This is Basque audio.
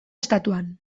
estatuan